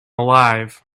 alive